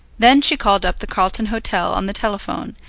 then she called up the carlton hotel on the telephone,